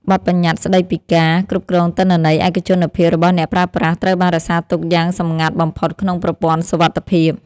បទប្បញ្ញត្តិស្ដីពីការគ្រប់គ្រងទិន្នន័យឯកជនភាពរបស់អ្នកប្រើប្រាស់ត្រូវបានរក្សាទុកយ៉ាងសម្ងាត់បំផុតក្នុងប្រព័ន្ធសុវត្ថិភាព។